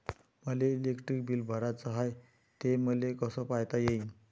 मले electric bill भराचं हाय, ते मले कस पायता येईन?